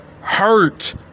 hurt